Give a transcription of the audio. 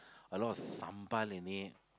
a lot of sambal in it